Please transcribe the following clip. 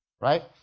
Right